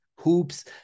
hoops